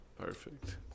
Perfect